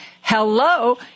hello